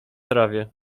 trawie